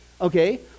Okay